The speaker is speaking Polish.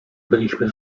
byliśmy